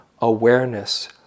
awareness